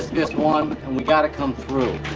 this one and we gotta come through.